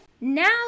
Now